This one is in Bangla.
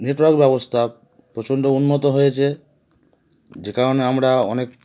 নেটওয়ার্ক ব্যবস্থা প্রচণ্ড উন্নত হয়েছে যে কারণে আমরা অনেক